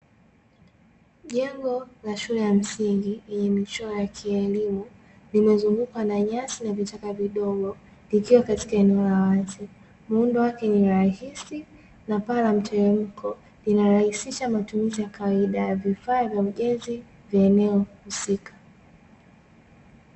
Jengo la la shule ya msingi lenye michoro ya kielimu, limezungukwa na nyasi na vichaka vidogo, vikiwa katika eneo la wazi. Muundo wake ni rahisi na paa la mteremko, linarahisisha matumizi ya kawaida ya vifaa vya ujenzi vya eneo husika.